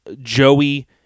Joey